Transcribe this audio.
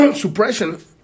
Suppression